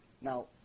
Now